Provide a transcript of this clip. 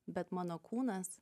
bet mano kūnas